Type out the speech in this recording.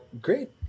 great